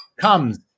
comes